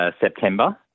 September